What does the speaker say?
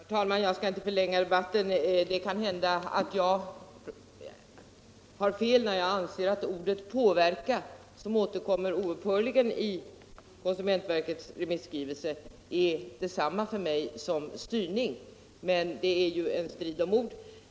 Herr talman! Jag skall inte förlänga debatten så mycket. Kanhända jag har fel, men ordet påverka, som återkommer oupphörligen i konsumentverkets remisskrivelse, är för mig detsamma som styra. Men detta är ju en strid om ord.